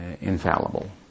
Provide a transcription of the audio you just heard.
infallible